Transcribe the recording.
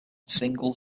single